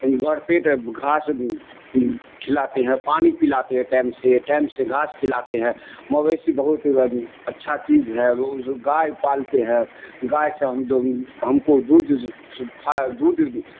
گھر پیٹ گھاس کھلاتے ہیں پانی پلاتے ہیں ٹائم سے ٹائم سے گھاس کھلاتے ہیں مویسیی بہت اچھا چیز ہے گائے پالتے ہیں گائے سے ہم ہم کو دودھ دودھ